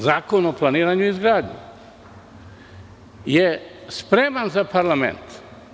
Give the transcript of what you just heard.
Zakon o planiranju i izgradnji je spreman za parlament.